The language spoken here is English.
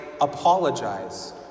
apologize